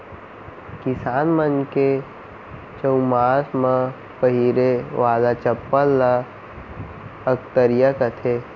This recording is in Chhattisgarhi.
किसान मन के चउमास म पहिरे वाला चप्पल ल अकतरिया कथें